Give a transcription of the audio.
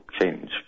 change